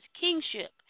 kingship